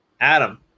Adam